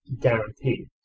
guaranteed